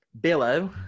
Billow